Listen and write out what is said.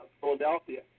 Philadelphia